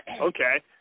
Okay